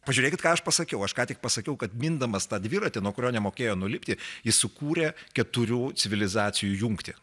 pažiūrėkit ką aš pasakiau aš ką tik pasakiau kad mindamas tą dviratį nuo kurio nemokėjo nulipti jis sukūrė keturių civilizacijų jungtį